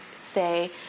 Say